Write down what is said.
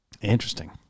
Interesting